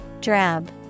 drab